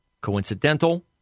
coincidental